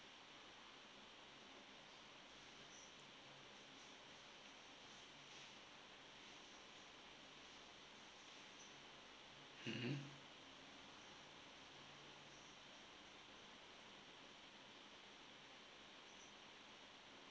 mmhmm